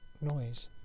noise